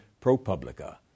ProPublica